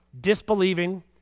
disbelieving